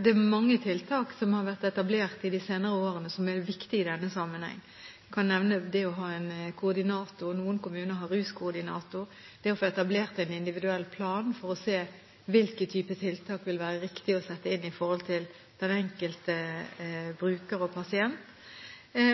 Det er mange tiltak som har blitt etablert i de senere årene som er viktige i denne sammenheng. Jeg kan nevne det å ha en koordinator – noen kommuner har en ruskoordinator – det å få etablert en individuell plan for å se på hvilke typer tiltak det vil være riktig å sette inn i forhold til den enkelte bruker og pasient,